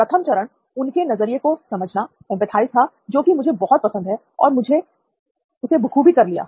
प्रथम चरण उनके नज़रिये को समझना था जो कि मुझे बहुत पसंद है और मैंने उसे बखूबी कर लिया